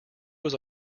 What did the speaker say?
was